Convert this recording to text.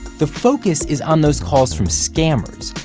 the focus is on those calls from scammers.